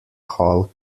hall